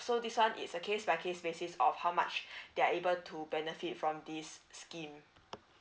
so this one is a case by case basis of how much they are able to benefit from this scheme